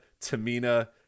Tamina